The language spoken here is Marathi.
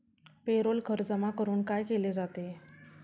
पेरोल कर जमा करून काय केले जाते?